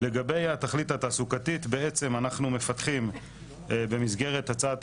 לגבי התכלית התעסוקתית אנחנו בעצם מפתחים במסגרת הצעת